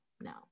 no